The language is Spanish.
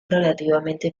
relativamente